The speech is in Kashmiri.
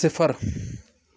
صِفر